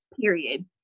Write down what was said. period